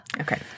Okay